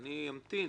אני אמתין.